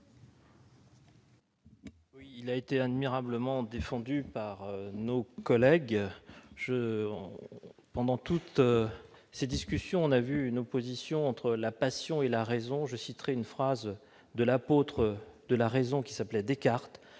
Il a été admirablement défendu par nos collègues. Pendant toutes ces discussions s'est manifestée une opposition entre la passion et la raison. Je citerai une phrase de l'apôtre de la raison, Descartes,